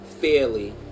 fairly